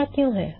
ऐसा क्यों है